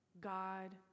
God